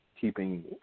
keeping